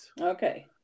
Okay